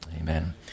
Amen